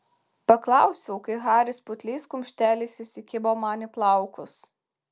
paklausiau kai haris putliais kumšteliais įsikibo man į plaukus